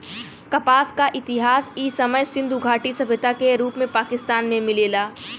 कपास क इतिहास इ समय सिंधु घाटी सभ्यता के रूप में पाकिस्तान में मिलेला